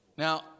Now